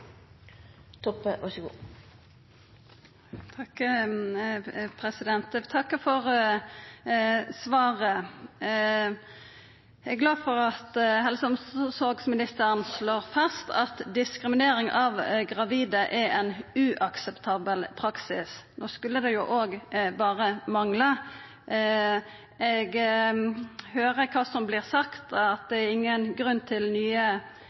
glad for at helse- og omsorgsministeren slår fast at diskriminering av gravide er ein uakseptabel praksis – det skulle berre mangle. Eg høyrer kva som vert sagt, at det er ingen grunn til nye